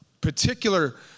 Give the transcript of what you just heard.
particular